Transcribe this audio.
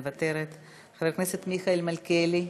מוותרת, חבר הכנסת מיכאל מלכיאלי,